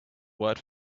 word